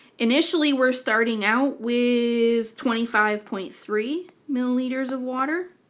initially we're starting out with twenty five point three milliliters of water.